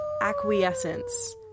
acquiescence